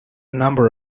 number